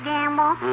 Gamble